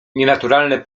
nienaturalne